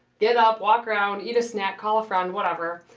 get up, walk around, eat a snack, call a friend, whatever.